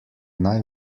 naj